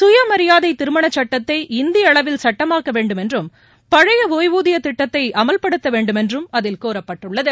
சுயமரியாதை திருமணச் சுட்டத்தை இந்திய அளவில் சட்டமாக்க வேண்டும் என்றும் பழைய ஒய்வூதிய திட்டத்தை அமல்படுத்த வேண்டும் என்றும் அதில் கோரப்பட்டுள்ளது